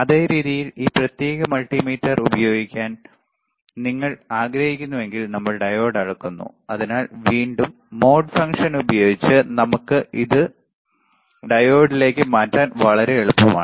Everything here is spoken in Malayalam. അതേ രീതിയിൽ ഈ പ്രത്യേക മൾട്ടിമീറ്റർ ഉപയോഗിക്കാൻ നിങ്ങൾ ആഗ്രഹിക്കുന്നുവെങ്കിൽ നമ്മൾ ഡയോഡ് അളക്കുന്നു അതിനാൽ വീണ്ടും മോഡ് ഫംഗ്ഷൻ ഉപയോഗിച്ച് നമുക്ക് അത് ഡയോഡിലേക്ക് മാറ്റാൻ വളരെ എളുപ്പമാണ്